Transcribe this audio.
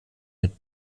mit